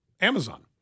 Amazon